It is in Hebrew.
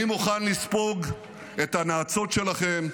אני מוכן לספוג את הנאצות שלכם,